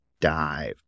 dive